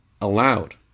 allowed